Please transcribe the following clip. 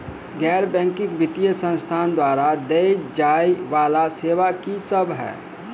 गैर बैंकिंग वित्तीय संस्थान द्वारा देय जाए वला सेवा की सब है?